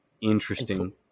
interesting